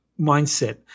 mindset